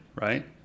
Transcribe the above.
Right